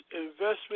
investment